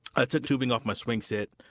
i took tubing off my swing set,